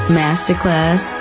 masterclass